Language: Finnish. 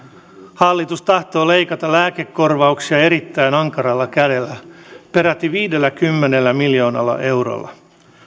hallitus tahtoo leikata lääkekorvauksia erittäin ankaralla kädellä peräti viidelläkymmenellä miljoonalla eurolla